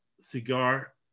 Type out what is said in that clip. Cigar